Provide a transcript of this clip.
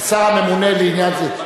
השר הממונה לעניין זה.